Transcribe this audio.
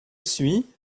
suis